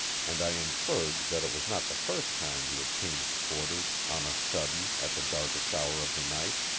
and i inferred that it was not the first time he had changed quarters on a sudden at the darkest hour of the night.